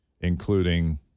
including